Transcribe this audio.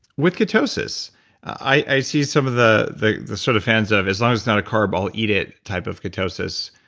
with ketosis i see some of the the the sort of hands of as long as it's not a carb, i'll eat it type of ketosis.